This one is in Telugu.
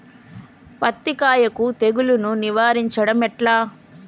పత్తి కాయకు తెగుళ్లను నివారించడం ఎట్లా?